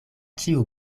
ĉiu